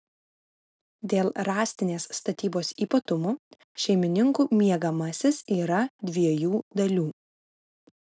dėl rąstinės statybos ypatumų šeimininkų miegamasis yra dviejų dalių